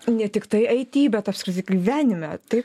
ne tiktai it bet apskritai gyvenime taip